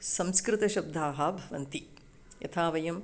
संस्कृतशब्दाः भवन्ति यथा वयम्